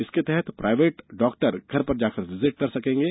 इसके तहत private doctor घर पर विजिट कर सकेंगे